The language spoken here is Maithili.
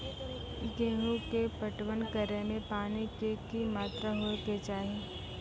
गेहूँ के पटवन करै मे पानी के कि मात्रा होय केचाही?